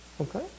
Okay